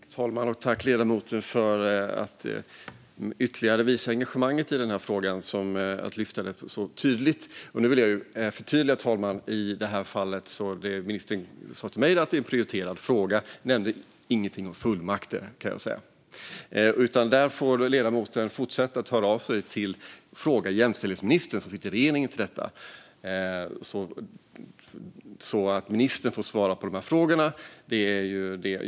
Herr talman! Jag tackar ledamoten för ytterligare visat engagemang i denna fråga, som lyfts fram tydligt. Jag vill förtydliga att ministern sa till mig att det är en prioriterad fråga men att hon inte nämnde något om fullmakter. Där får ledamoten fortsätta att höra av sig till och fråga jämställdhetsministern, som sitter i regeringen. Ministern får svara på de frågorna.